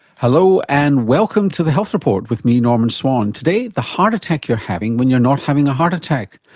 hello and welcome to the health report with me, norman swan. today, the heart attack you're having when you're not having a heart attack,